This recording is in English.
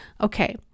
okay